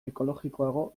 ekologikoago